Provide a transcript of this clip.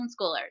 homeschoolers